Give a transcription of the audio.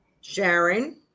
Sharon